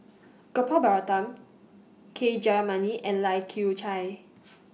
Gopal Baratham K Jayamani and Lai Kew Chai